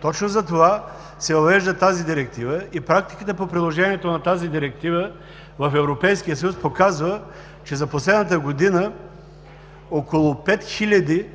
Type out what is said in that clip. Точно затова се въвежда тази директива. Практиката по приложението на тази директива в Европейския съюз показва, че за последната година около 5 хиляди